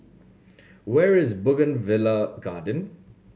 where is Bougainvillea Garden